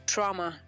Trauma